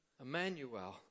Emmanuel